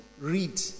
read